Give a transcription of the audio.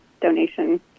donation